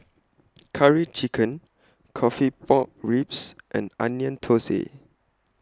Curry Chicken Coffee Pork Ribs and Onion Thosai